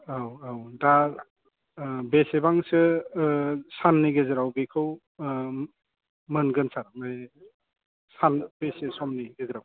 औ औ दा बेसेबांसो साननि गेजेराव बेखौ मोनगोन सार माने सानबेसे समनि गेजेराव